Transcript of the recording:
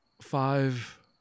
Five